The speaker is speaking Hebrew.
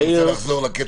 כי אני רוצה לחזור לאוצר.